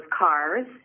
cars